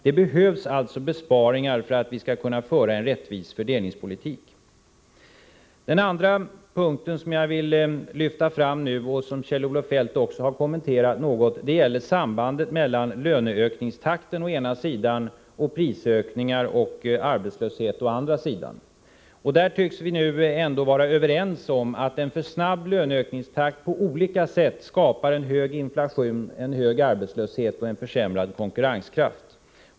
Det behövs alltså besparingar för att vi skall kunna föra en rättvis fördelningspolitik. Den andra punkt jag nu vill lyfta fram — Kjell-Olof Feldt har också kommenterat den något — gäller sambandet mellan löneökningstakten å ena sidan och prisökningar och arbetslöshet å andra sidan. Där tycks vi nu ändå vara överens om att en för snabb löneökningstakt på olika sätt skapar en hög 57 inflation, en hög arbetslöshet och en försämrad konkurrenskraft.